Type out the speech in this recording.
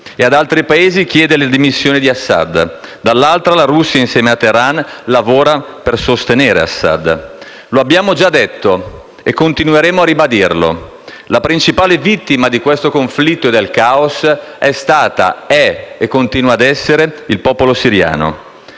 e ad altri Paesi, chiede le dimissioni di Assad; dall'altra, la Russia, insieme a Teheran, lavora per sostenere Assad. Lo abbiamo già detto e continueremo a ribadirlo: la principale vittima di questo conflitto e del *caos* è stata, è e continua ad essere il popolo siriano.